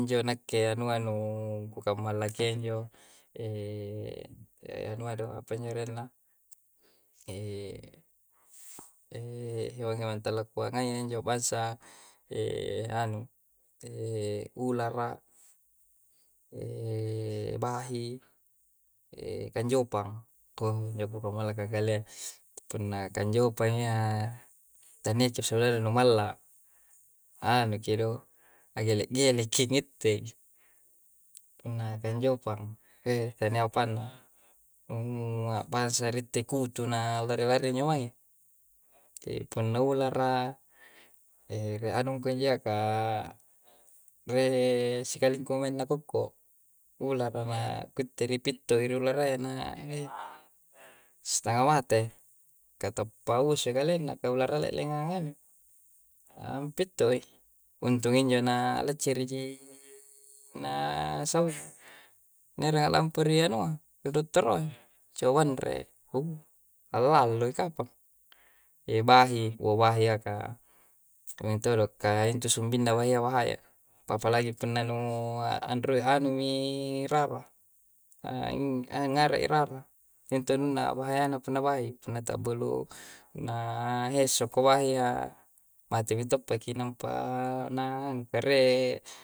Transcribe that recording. Injo nakke anua nu kaumala kenjo, anua do apa injo renna hewa-hewan tallo kua ngae injo bassa, anu ulara', bahi, kanjopang. Konjo komalla kagallea, kunna kanjopa iya tane'ce soloro nu mal'la, anu ki do, ta gele-gele ki ngit'te. Punna kanjopang taneo pa'na pase ri'te kuttu na lare-lare injo mae. pounalara anu kunjiaka re sikalingkong ena'koko, ularra ma ku'te ri pi'te iluralae na stanga mate. Kata paus gaelle'na kauralale'lenga nganu pittu'i. Untung injo na leceri ji na sauwa ngara lamperi yanoang, toro-toroang cowandre oh allalu'i kapang. yebahi wowahya ka intoro kaintu sumbinna wahea fa haya, fafalayi ippunna nu andro anu ing rara, nganre'i rara. Intonna wahayana punna wa'i, punna ta beluk, na he'so ko wahya, bate mentong poiki na nampa na anu karae.